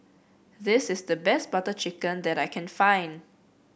this is the best Butter Chicken that I can find